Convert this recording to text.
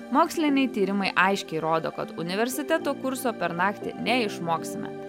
moksliniai tyrimai aiškiai rodo kad universiteto kurso per naktį neišmoksime